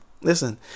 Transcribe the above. listen